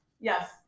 Yes